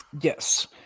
yes